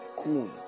school